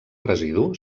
residu